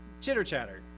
chitter-chatter